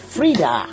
Frida